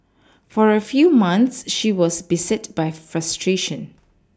for a few months she was beset by frustration